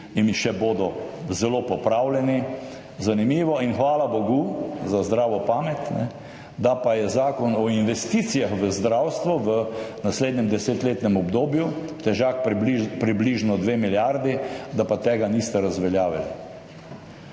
in še bodo zelo popravljeni, zanimivo in hvala bogu za zdravo pamet, da pa zakona o investicijah v zdravstvu v naslednjem desetletnem obdobju, težkega približno 2 milijardi, niste razveljavili.